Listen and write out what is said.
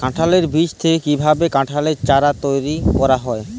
কাঁঠালের বীজ থেকে কীভাবে কাঁঠালের চারা তৈরি করা হয়?